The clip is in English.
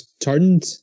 turned